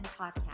podcast